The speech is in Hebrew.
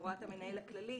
להוראת המנהל הכללי.